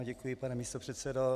Děkuji, pane místopředsedo.